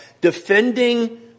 defending